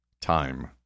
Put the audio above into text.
time